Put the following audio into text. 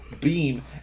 beam